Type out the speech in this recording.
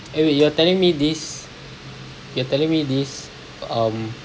eh wait you are telling me this you are telling me this um